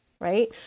right